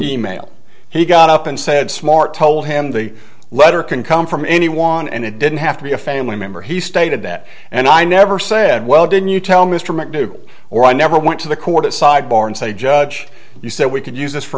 e mail he got up and said smart told him the letter can come from anyone and it didn't have to be a family member he stated that and i never said well didn't you tell mr mcdougal or i never went to the court at sidebar and say judge you said we could use this for